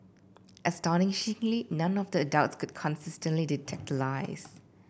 astonishingly none of the adults could consistently detect the lies